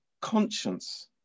conscience